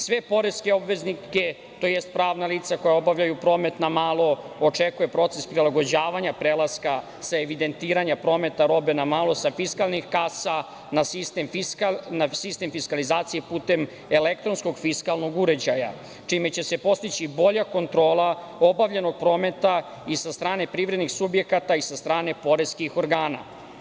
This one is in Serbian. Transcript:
Sve poreske obveznike, tj. pravna lica koja obavljaju promet na malo očekuje proces prilagođavanja prelaska sa evidentiranja prometa robe na malo sa fiskalnih kasa na sistem fiskalizacije putem elektronskog fiskalnog uređaja, čime će se postići bolja kontrola obavljenog prometa i sa strane privrednih subjekata i sa strane poreskih organa.